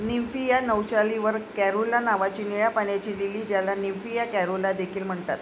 Nymphaea nouchali वर caerulea नावाची निळ्या पाण्याची लिली, ज्याला निम्फिया कॅरुला देखील म्हणतात